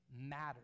matters